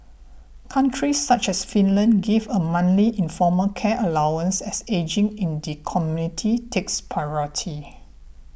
countries such as Finland give a monthly informal care allowance as ageing in the community takes priority